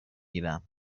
گیرم